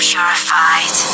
Purified